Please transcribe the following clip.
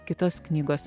kitos knygos